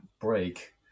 break